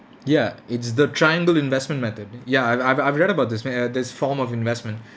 ya it's the triangle investment method ya I've I've I've read about this me~ uh this form of investment